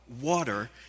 water